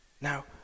Now